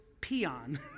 peon